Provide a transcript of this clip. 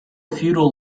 feudal